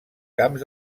camps